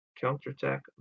counterattack